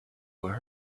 were